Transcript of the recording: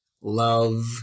love